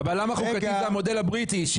הבלם החוקתי הוא המודל הבריטי.